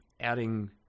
adding